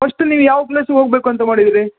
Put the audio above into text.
first ನೀವು ಯಾವ ಪ್ಲೇಸಿಗೆ ಹೋಗ್ಬೇಕು ಅಂತ ಮಾಡಿದ್ದೀರಿ